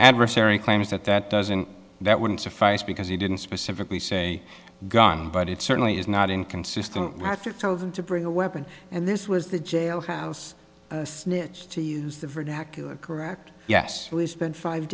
adversary claims that that doesn't that wouldn't suffice because he didn't specifically say gun but it certainly is not inconsistent after told him to bring a weapon and this was the jailhouse snitch to use the vernacular correct yes we spent five